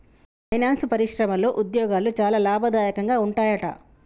finance పరిశ్రమలో ఉద్యోగాలు చాలా లాభదాయకంగా ఉంటాయట